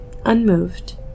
unmoved